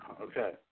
Okay